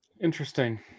Interesting